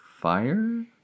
fire